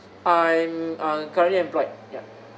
I'm uh currently employed ya